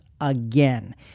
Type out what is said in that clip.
again